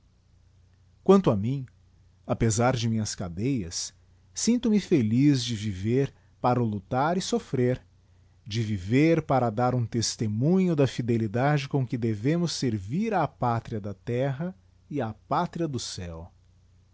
quanto á mim apezar de minhas cadeias sintome feliz de viver para lutar e soffrer de viver para dar um testemunho da fidelidade com que devemos servbr á pátria da terra e á pátria do céu